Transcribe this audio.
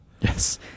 Yes